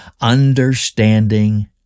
Understanding